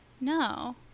No